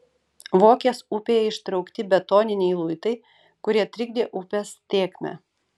vokės upėje ištraukti betoniniai luitai kurie trikdė upės tėkmę